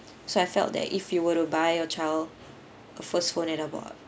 so I felt that if you were to buy your child a first phone at about